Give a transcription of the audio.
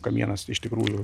kamienas iš tikrųjų